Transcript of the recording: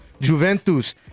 Juventus